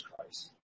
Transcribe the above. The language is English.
Christ